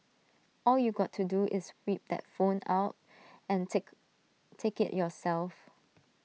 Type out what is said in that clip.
all you got to do is whip that phone out and take take IT yourself